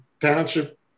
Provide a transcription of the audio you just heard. township